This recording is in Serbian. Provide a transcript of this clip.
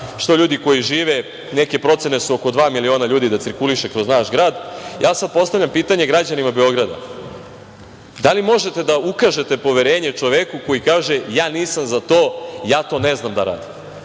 što ljudi koji žive, neke procene su oko dva miliona ljudi da cirkuliše kroz naš grad. Ja sad postavljam pitanje građanima Beograda – da li možete da ukažete poverenje čoveku koji kaže: „Ja nisam za to, ja to ne znam da radim“,